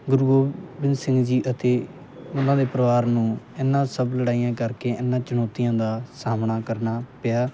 ਗੁਰੂ ਗੋਬਿੰਦ ਸਿੰਘ ਜੀ ਅਤੇ ਉਹਨਾਂ ਦੇ ਪਰਿਵਾਰ ਨੂੰ ਇਹਨਾਂ ਸਭ ਲੜਾਈਆਂ ਕਰਕੇ ਇਹਨਾਂ ਚੁਣੌਤੀਆਂ ਦਾ ਸਾਹਮਣਾ ਕਰਨਾ ਪਿਆ